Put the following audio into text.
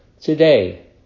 Today